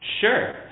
Sure